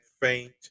faint